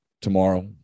tomorrow